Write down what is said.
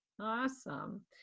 Awesome